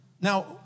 Now